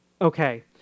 Okay